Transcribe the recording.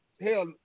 hell